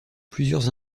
plusieurs